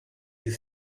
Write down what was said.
you